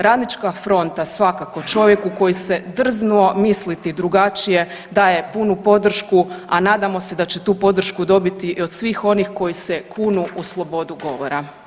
Radnička fronta svakako, čovjeku koji se drznuo misliti drugačije daje punu podršku, a nadamo se da će tu podršku dobiti i od svih onih koji se kunu u slobodu govora.